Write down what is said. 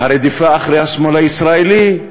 הרדיפה אחרי השמאל הישראלי,